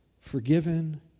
forgiven